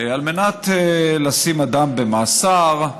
על מנת לשים אדם במאסר,